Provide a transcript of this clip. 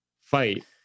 fight